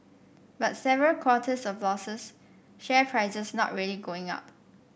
but several quarters of losses share prices not really going up